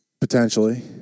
potentially